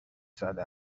زده